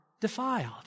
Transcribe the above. defiled